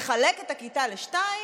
לחלק את הכיתה לשתיים,